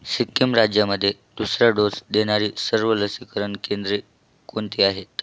सिक्कीम राज्यामध्ये दुसरा डोस देणारी सर्व लसीकरण केंद्रे कोणती आहेत